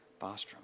Bostrom